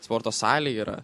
sporto salė yra